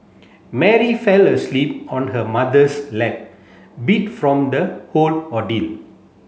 Mary fell asleep on her mother's lap beat from the whole ordeal